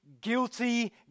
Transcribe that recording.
guilty